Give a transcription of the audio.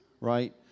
right